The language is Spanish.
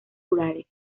rurales